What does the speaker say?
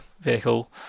vehicle